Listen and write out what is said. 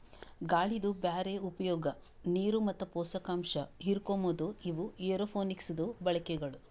ಗಾಳಿದು ಬ್ಯಾರೆ ಉಪಯೋಗ, ನೀರು ಮತ್ತ ಪೋಷಕಾಂಶ ಹಿರುಕೋಮದು ಇವು ಏರೋಪೋನಿಕ್ಸದು ಬಳಕೆಗಳು